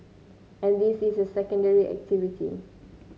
and this is a secondary activity